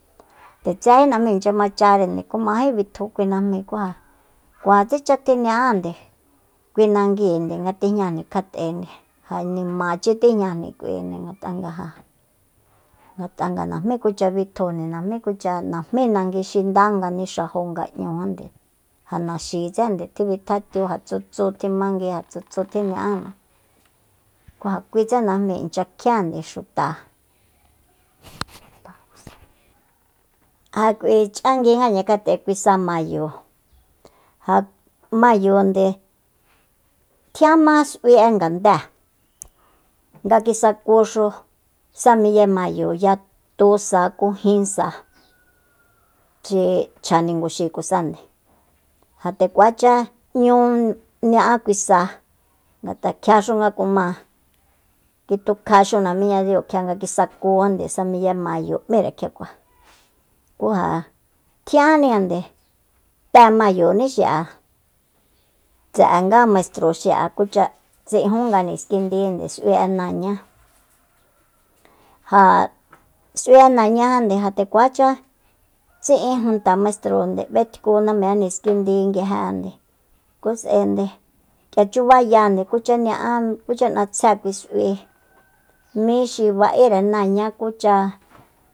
Nde tséjí najmí inchya macharende ku mají bitju kui najmíi ku ja kuatsecha tjiña'ánde kui nanguíinde nga tijñajni kjat'ende ja nimachi tijñajni k'uinde ngat'a ja ngat'a najmí kucha bitjujni najmí kucha najmí nangui xi nda nga nixajó nga 'ñujande ja naxi tsende tjibitjatiu ja tsutsu ja tjimangui ja tsutsu tjiña'á ku ja kuitse najmi inchyakjien ja k'ui ch'anguiniña kjat'e kui sa mayo jamayonde tjianma s'ui'e ngandée nga kisakuxu sa miye mayo yatu sa ku jin sa xi chja ninguxikusande ja nde kuacha 'ñú ña'á kui sa ngat'a kjiaxu nga kuma kitukjaxu namíñadiu kisaku sa miye mayo m'íre kjiakua ku ja tjiánnijande te mayoníxi'a tse'enga maistro xi'a kucha tsijunga niskindinde s'uié náañá ja s'ui'e nañajande ja nde kuacha tsi'in junta maistronde b'etku nami'e niskindi nguijende ku s'aende k'ia chubá kucha ña'á kucha 'natsjé kui s'ui míxi ba'ere náañá kucha